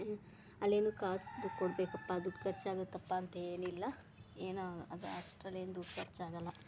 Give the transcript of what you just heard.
ಅಲ್ಲೇನು ಕಾಸ್ದು ಕೊಡಬೇಕಪ್ಪ ದುಡ್ಡು ಖರ್ಚಾಗುತ್ತಪ್ಪ ಅಂತೇನಿಲ್ಲ ಏನೋ ಅದು ಅಷ್ಟರಲ್ಲೇನು ದುಡ್ಡು ಖರ್ಚಾಗಲ್ಲ